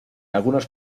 algunos